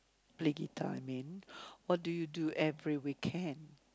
play guitar I mean what do you do every weekend